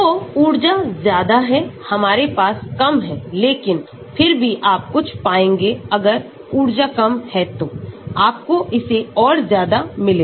तो ऊर्जाज्यादा है हमारे पास कम हैं लेकिन फिर भी आप कुछ पाएंगे अगर ऊर्जा कम है तो आपको इसे और ज्यादा मिलेगा